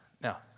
Now